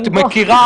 את מכירה.